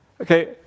Okay